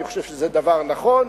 אני חושב שזה דבר נכון.